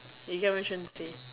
you get what I'm trying to say